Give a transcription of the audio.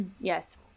Yes